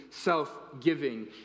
self-giving